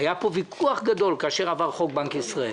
היה פה ויכוח גדול כאשר עבר חוק בנק ישראל.